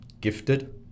gifted